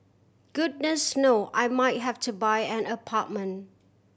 goodness know I might have to buy an apartment